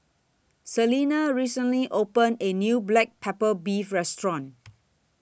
Celina recently opened A New Black Pepper Beef Restaurant